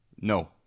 No